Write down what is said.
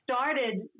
started